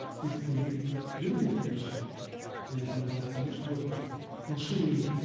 if we do get these additional documents, we'll we'll see